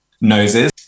noses